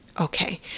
Okay